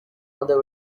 other